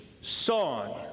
song